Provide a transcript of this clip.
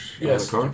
yes